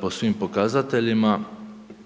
po svim pokazateljima,